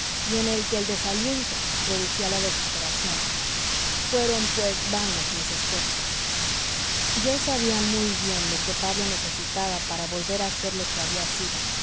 y en el que el desaliento producía la desesperación fueron pues vanos mis esfuerzos yo sabía muy bien lo que pablo necesitaba para volver a ser lo que había sido